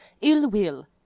ill-will